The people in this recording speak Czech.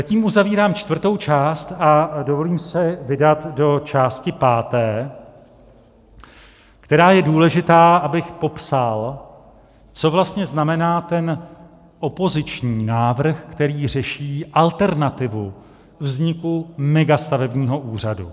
Tím uzavírám čtvrtou část a dovolím se vydat do části páté, která je důležitá, abych popsal, co vlastně znamená opoziční návrh, který řeší alternativu vzniku megastavebního úřadu.